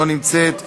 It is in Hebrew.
לא נמצאת,